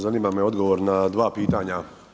Zanima me odgovor na dva pitanja.